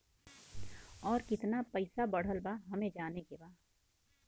और कितना पैसा बढ़ल बा हमे जाने के बा?